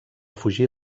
fugir